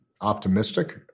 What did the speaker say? optimistic